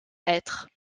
hêtre